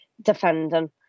defending